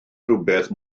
rhywbeth